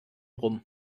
rum